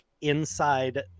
inside